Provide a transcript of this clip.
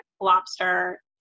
lobster